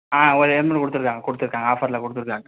ஆ ஓரு எல்மெட் கொடுத்துருக்காங்க ஆஃபரில் கொடுத்துருக்காங்க